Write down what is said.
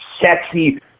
sexy